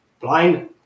Blind